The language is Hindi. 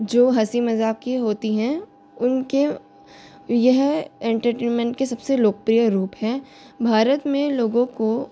जो हँसी मज़ाक की होती है उनके यह एंटरटेनमेंट के सबसे लोकप्रिय रूप है भारत में लोगों को